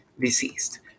deceased